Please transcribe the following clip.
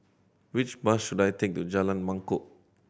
which bus should I take to Jalan Mangkok